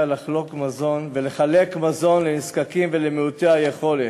ולחלק מזון לנזקקים ולמעוטי היכולת.